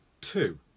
Two